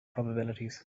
probabilities